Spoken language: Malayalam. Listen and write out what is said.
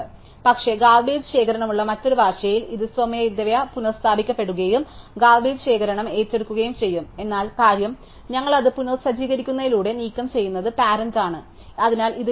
പക്ഷേ ഗാർബേജ് ശേഖരണമുള്ള മറ്റൊരു ഭാഷയിൽ ഇത് സ്വയമേവ പുനസ്ഥാപിക്കപ്പെടുകയും ഗാർബേജ് ശേഖരണം ഏറ്റെടുക്കുകയും ചെയ്യും എന്നാൽ കാര്യം ഞങ്ങൾ അത് പുനസജ്ജീകരിക്കുന്നതിലൂടെ നീക്കംചെയ്യുന്നത് പാരന്റ് ആണ് അതിനാൽ ഇത് ലീഫ് കേസ് ആണ്